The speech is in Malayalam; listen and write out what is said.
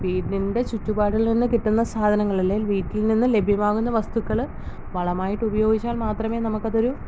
വീടിൻ്റെ ചുറ്റുപാടിൽ നിന്ന് കിട്ടുന്ന സാധനങ്ങൾ അല്ലേൽ വീട്ടിൽ നിന്ന് ലഭ്യമാകുന്ന വസ്തുക്കൾ വളമായിട്ട് ഉപയോഗിച്ചാൽ മാത്രമേ നമുക്ക് അത് ഒരു